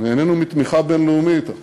נהנינו מתמיכה בין-לאומית,